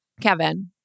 Kevin